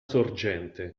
sorgente